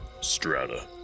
Strata